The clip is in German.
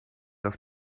auf